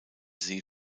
see